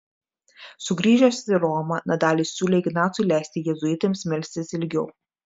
sugrįžęs į romą nadalis siūlė ignacui leisti jėzuitams melstis ilgiau